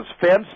fence